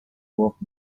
walked